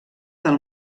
del